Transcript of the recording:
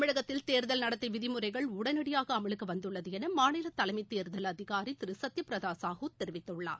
தமிழகத்தில் தேர்தல் நடத்தை விதிமுறைகள் உடனடியாக அமலுக்கு வந்துள்ளது என மாநில தலைமைத்தேர்தல் அதிகாரி திரு சத்யபிரத சாஹூ தெரிவித்துள்ளார்